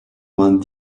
vingt